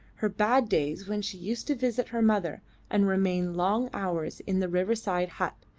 her bad days when she used to visit her mother and remain long hours in the riverside hut,